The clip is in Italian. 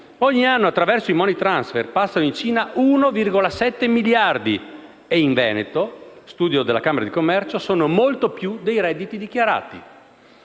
Ogni anno attraverso i *money transfer* passano in Cina 1,7 miliardi; in Veneto, secondo uno studio della Camera di commercio, sono molto più dei redditi dichiarati.